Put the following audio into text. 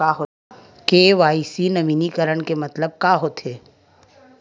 KYC नवीनीकरण के मतलब का होथे?